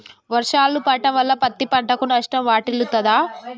వర్షాలు పడటం వల్ల పత్తి పంటకు నష్టం వాటిల్లుతదా?